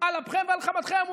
על אפכם ועל חמתכם.